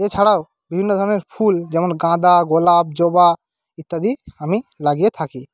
এছাড়াও বিভিন্ন ধরণের ফুল যেমন গাঁদা গোলাপ জবা ইত্যাদি আমি লাগিয়ে থাকি